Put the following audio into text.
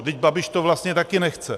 Vždyť Babiš to vlastně taky nechce.